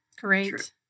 Great